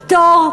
פטור,